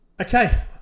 Okay